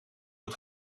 het